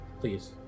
please